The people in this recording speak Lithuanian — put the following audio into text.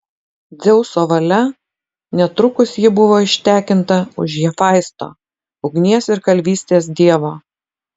dzeuso valia netrukus ji buvo ištekinta už hefaisto ugnies ir kalvystės dievo